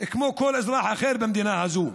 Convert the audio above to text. כמו אל כל אזרח אחר במדינה הזו.